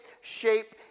shape